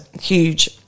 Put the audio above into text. huge